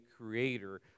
creator